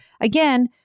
again